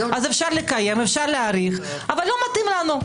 אז אפשר לקיים, אפשר להאריך אבל לא מתאים לנו.